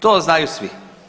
To znaju svi.